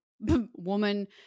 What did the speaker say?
woman